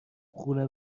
خونه